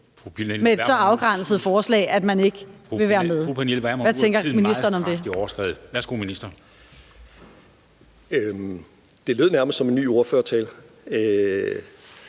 med et så afgrænset forslag, at man ikke vil være med. Hvad tænker ministeren om det? Kl. 11:21 Formanden